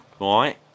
Right